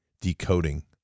decoding